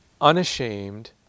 unashamed